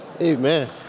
Amen